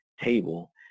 table